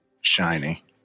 shiny